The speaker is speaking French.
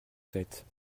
faites